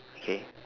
K